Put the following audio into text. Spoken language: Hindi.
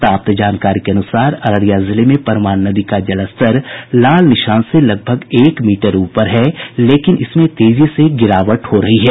प्राप्त जानकारी के अनुसार अररिया जिले मे परमान नदी का जलस्तर खतरे के निशान से लगभग एक मीटर ऊपर है लेकिन इसमें तेजी से गिरावट हो रही है